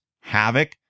Havoc